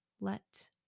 Let